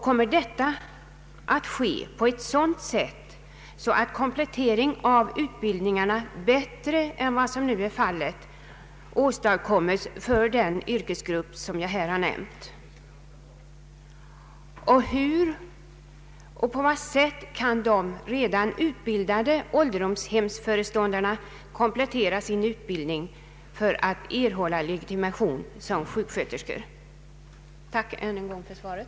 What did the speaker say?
Kommer detta att ske på ett sådant sätt att komplettering av utbildningen bättre än som nu är fallet åstadkommes för den yrkesgrupp jag här har nämnt? Hur och på vad sätt kan de redan utbildade ålderdomshemsföreståndarna komplettera sin utbildning för att erhålla legitimation som sjuksköterskor? Tack än en gång för svaret.